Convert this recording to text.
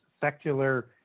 secular